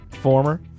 former